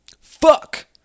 Fuck